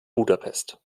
budapest